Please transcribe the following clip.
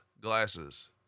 glasses